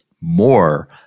more